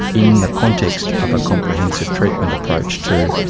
in the context of a comprehensive treatment approach to,